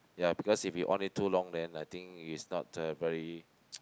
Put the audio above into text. ya because if you on it too long then I think it's not uh very